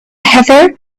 heather